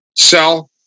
sell